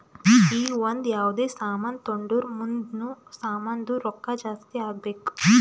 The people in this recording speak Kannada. ಈಗ ಒಂದ್ ಯಾವ್ದೇ ಸಾಮಾನ್ ತೊಂಡುರ್ ಮುಂದ್ನು ಸಾಮಾನ್ದು ರೊಕ್ಕಾ ಜಾಸ್ತಿ ಆಗ್ಬೇಕ್